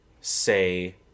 say